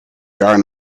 jaar